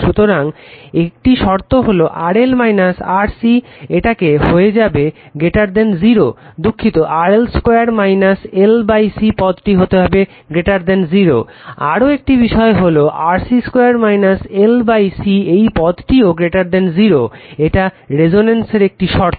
সুতরাং একটি শর্ত হলো RL RC এটাকে হয়ে হবে 0 দুঃখিত RL 2 L C পদতিকে হতে হবে 0 আরও একটি বিষয় হলো RC 2 L C এই পদতিও 0 এটা রেজোন্যান্সের একটি শর্ত